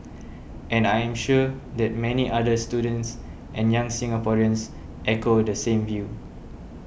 and I am sure that many other students and young Singaporeans echo the same view